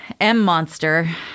M-Monster